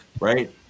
Right